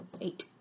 Eight